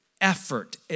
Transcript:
effort